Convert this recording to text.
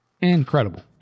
incredible